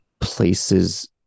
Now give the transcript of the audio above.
places